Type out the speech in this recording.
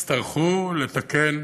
יצטרכו לתקן